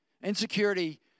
Insecurity